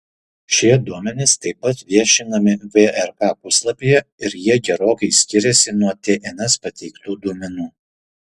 šie duomenys taip pat viešinami vrk puslapyje ir jie gerokai skiriasi nuo tns pateiktų duomenų